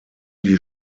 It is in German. die